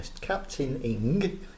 captaining